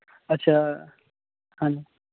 ਅੱਛਾ ਹਾਂ